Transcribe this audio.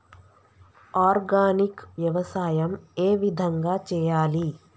Organic వ్యవసాయం ఏ విధంగా చేయాలి?